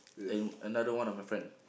and another one of my friend